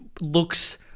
looks